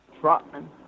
Trotman